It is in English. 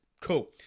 Cool